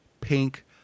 Pink